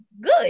good